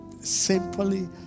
Simply